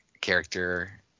character